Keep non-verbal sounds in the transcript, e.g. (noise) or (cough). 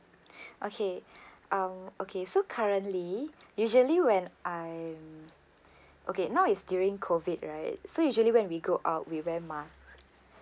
(breath) okay um okay so currently usually when I okay now it's during COVID right so usually when we go out we wear masks